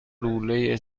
لوله